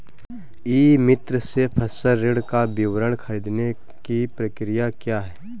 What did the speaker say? ई मित्र से फसल ऋण का विवरण ख़रीदने की प्रक्रिया क्या है?